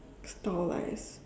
stylised